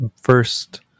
first